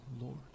Lord